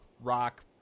rock